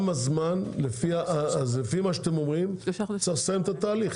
לפי מה שאתם אומרים, צריך לסיים את התהליך,